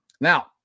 Now